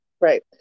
Right